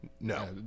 No